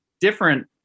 different